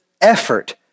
effort